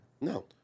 No